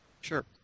Sure